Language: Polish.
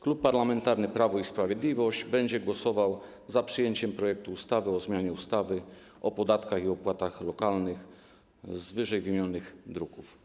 Klub Parlamentarny Prawo i Sprawiedliwość będzie głosował za przyjęciem projektu ustawy o zmianie ustawy o podatkach i opłatach lokalnych z ww. druków.